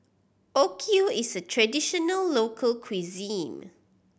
okayu is a traditional local cuisine